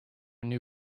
new